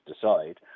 decide